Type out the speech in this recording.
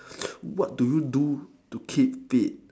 what do you do to keep fit